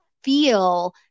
feel